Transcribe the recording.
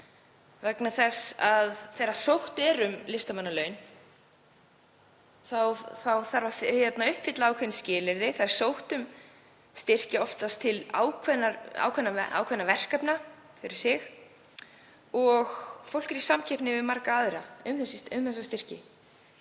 vegna þess að þegar sótt er um listamannalaun þarf að uppfylla ákveðin skilyrði. Það er oftast sótt um styrk til ákveðinna verkefna, hvert fyrir sig, og fólk er í samkeppni við marga aðra um þessa styrki.